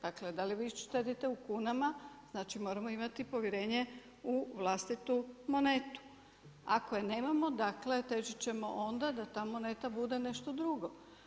Dakle da li vi štedite u kunama, znači moramo imati povjerenje u vlastitu monetu, ako je nemamo težit ćemo onda da ta moneta bude nešto drugo.